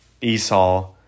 Esau